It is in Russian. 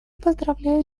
поздравляю